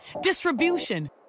distribution